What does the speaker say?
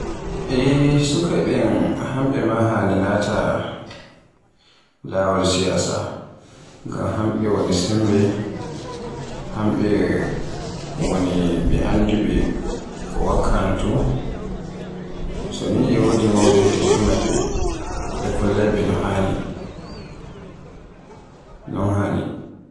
Eey sukaaɓe hanɓe haani naata laawol Siyasa ngam hamɓe woni sembe, hamɓe woni ɓe annduɓe ko wakkanoto, soni e wodi mawɓe e takki maɓɓe ɓe kollayɓe no haani. Non haani.